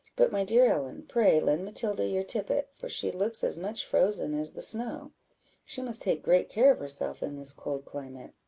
but, my dear ellen, pray lend matilda your tippet, for she looks as much frozen as the snow she must take great care of herself in this cold climate.